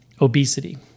obesity